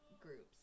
groups